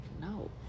no